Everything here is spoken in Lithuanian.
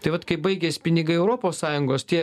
tai vat kai baigias pinigai europos sąjungos tie